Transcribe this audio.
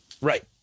Right